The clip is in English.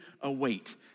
await